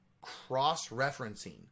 cross-referencing